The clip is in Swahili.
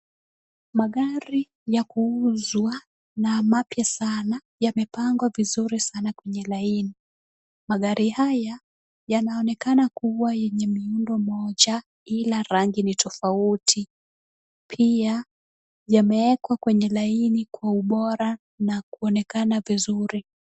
Magari ya kuuzwa na mapya sana yamepangwa vizuri sana kwenye laini. Magari haya yanaonekana kuwa yenye muundo mmoja ila rangi ni tofauti. Pia yamewekwa kwenye laini kwa ubora na kuonekana vizuri.